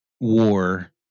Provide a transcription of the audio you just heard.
war